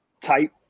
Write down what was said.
type